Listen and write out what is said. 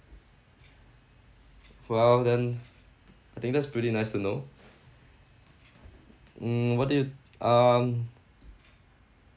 well then I think that's pretty nice to know mm what do you um